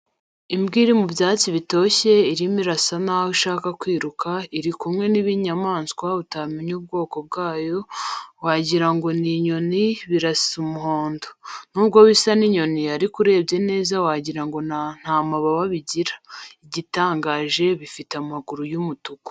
Imbwa iri mu byatsi bitoshye, irimo irasa naho ishaka kwiruka, iri kumwe n'ibinyamaswa utamenya ubwoko bwayo wagira ngo ni inyoni, birasa umuhondo. Nubwo bisa n'inyoni ariko urebye neza wagira ngo nta mababa bigira, igitangaje bifite amaguru y'umutuku.